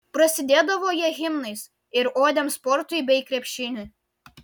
prasidėdavo jie himnais ir odėm sportui bei krepšiniui